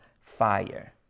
fire